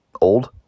Old